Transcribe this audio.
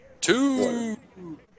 Two